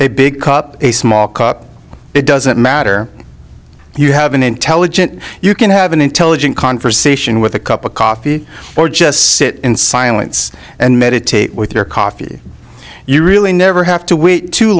cup a small cup it doesn't matter if you have an intelligent you can have an intelligent conversation with a cup of coffee or just sit in silence and meditate with your coffee you really never have to wait too